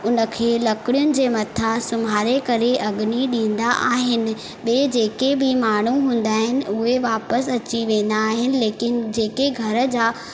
उन खे लकड़ीयुनि जे मथां संभाले करे अग्नी ॾींदा आहिनि ॿिए जेके बि माण्हू हूंदा आहिनि उहे वापसि अची वेंदा आहिनि लेकिन जेके घर जा